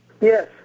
Yes